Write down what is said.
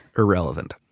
irrelevant